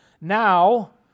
Now